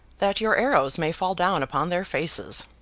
that your arrows may fall down upon their faces